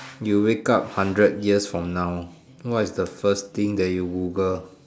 you wake up hundred years from now what is the first thing that you Google